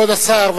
כבוד השר.